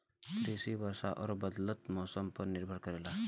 कृषि वर्षा और बदलत मौसम पर निर्भर करेला